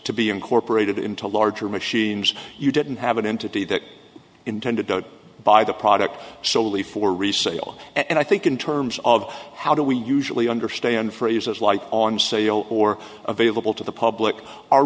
to be incorporated into larger machines you didn't have an entity that intended to buy the product solely for resale and i think in terms of how do we usually understand phrases like on sale or available to the public are